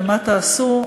ומה תעשו?